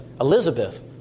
Elizabeth